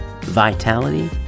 vitality